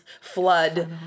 flood